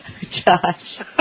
Josh